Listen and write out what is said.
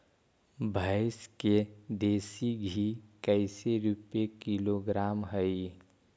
भैंस के देसी घी कैसे रूपये किलोग्राम हई?